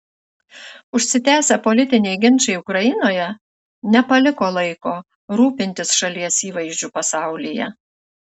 užsitęsę politiniai ginčai ukrainoje nepaliko laiko rūpintis šalies įvaizdžiu pasaulyje